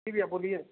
जी भैया बोलिए